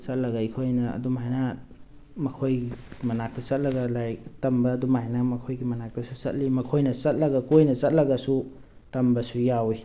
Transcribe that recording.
ꯆꯠꯂꯒ ꯑꯩꯈꯣꯏꯅ ꯑꯗꯨꯝ ꯍꯥꯏꯅ ꯃꯈꯣꯏꯒꯤ ꯃꯅꯥꯛꯇ ꯆꯇꯂꯒ ꯂꯥꯏꯔꯤꯛ ꯇꯝꯕ ꯑꯗꯨꯝ ꯍꯥꯏꯅ ꯃꯈꯣꯏꯒꯤ ꯃꯅꯥꯛꯇꯁꯨ ꯆꯠꯂꯤ ꯃꯈꯣꯏꯅ ꯆꯠꯂꯒ ꯀꯣꯏꯅ ꯆꯠꯂꯒꯁꯨ ꯇꯝꯕꯁꯨ ꯌꯥꯎꯋꯤ